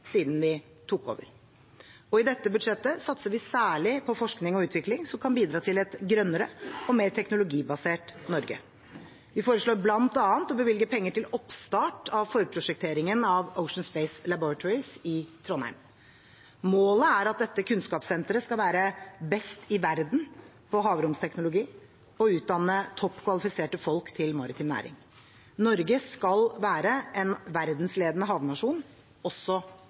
siden vi tok over. I dette budsjettet satser vi særlig på forskning og utvikling som kan bidra til et grønnere og mer teknologibasert Norge. Vi foreslår bl.a. å bevilge penger til oppstart av forprosjektering av Ocean Space Laboratories i Trondheim. Målet er at dette kunnskapssenteret skal være best i verden på havromsteknologi, og utdanne toppkvalifiserte folk til maritim næring. Norge skal være en verdensledende havnasjon også